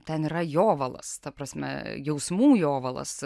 ten yra jovalas ta prasme jausmų jovalas